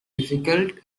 difficult